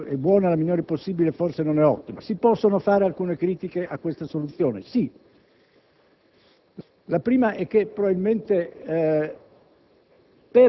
Prima dicevo che questa finanziaria è buona, la migliore possibile, ma forse non è ottima: si possono fare alcune critiche a questa soluzione? Sì;